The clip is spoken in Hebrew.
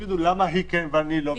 ותגיד למה היא כן ואני לא?